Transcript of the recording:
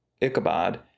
Ichabod